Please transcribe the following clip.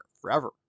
forever